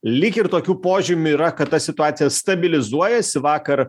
lyg ir tokių požymių yra kad ta situacija stabilizuojasi vakar